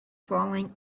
falling